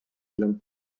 элем